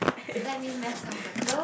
let me mess up the card